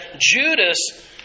Judas